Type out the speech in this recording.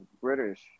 British